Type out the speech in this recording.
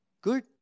Good